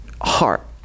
heart